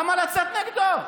למה לצאת נגדו?